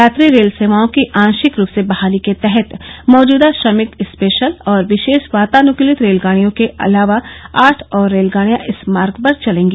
यात्री रेल सेवाओं की आशिक रूप से बहाली के तहत मौजूदा श्रमिक स्पेशल और विशेष वातानुकलित रेलगाडियों के अलावा आठ और रेलगाडियां इस मार्ग पर चलेंगी